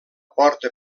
porta